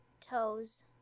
toes